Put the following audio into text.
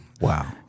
Wow